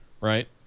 Right